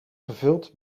gevuld